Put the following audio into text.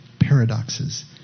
paradoxes